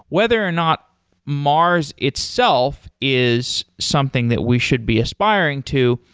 whether or not mars itself is something that we should be aspiring to,